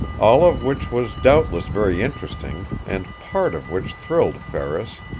all of which was doubtless very interesting, and part of which thrilled ferris,